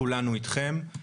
כולנו איתכם.